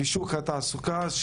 ושוק התעסוקה,